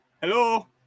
Hello